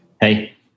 Hey